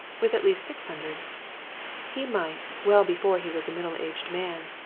with at least six hundred he might, well before he was a middle-aged man,